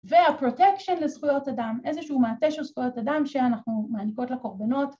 ‫והפרוטקשן לזכויות אדם, ‫איזשהו מעטה של זכויות אדם ‫שאנחנו מעניקות לקורבנות.